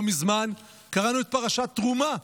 לא מזמן קראנו את פרשת תרומה,